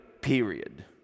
period